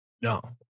No